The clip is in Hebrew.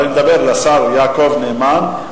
אני מדבר על השר יעקב נאמן.